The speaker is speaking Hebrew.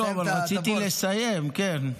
לא, אבל רציתי לסיים, כן.